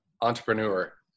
entrepreneur